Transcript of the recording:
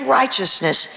righteousness